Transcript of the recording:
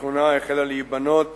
השכונה החלה להיבנות